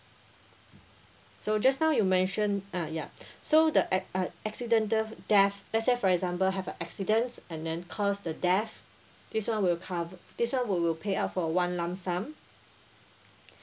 so just now you mentioned ah yup so the ac~ uh accidental death let say for example have a accident and then caused the death this [one] will cover this [one] will payout for one lump sum